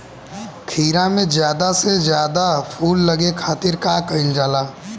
खीरा मे ज्यादा से ज्यादा फूल लगे खातीर का कईल जाला?